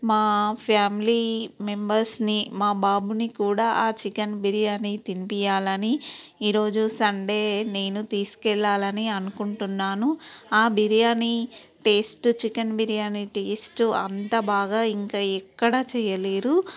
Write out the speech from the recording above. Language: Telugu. మా ఫ్యామిలీ మెంబర్స్ని మా బాబుని కూడా ఆ చికెన్ బిర్యానీ తినిపియ్యాలని ఈరోజు సండే నేను తీసుకెళ్ళాలని అనుకుంటున్నాను ఆ biryani taste chicken biryani taste అంత బాగా ఇంక ఎక్కడా చెయ్యలేరు